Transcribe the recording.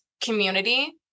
community